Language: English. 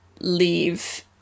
leave